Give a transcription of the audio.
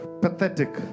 Pathetic